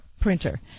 printer